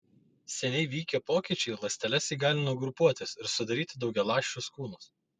seniai vykę pokyčiai ląsteles įgalino grupuotis ir sudaryti daugialąsčius kūnus